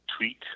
tweet